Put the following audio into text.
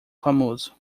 famoso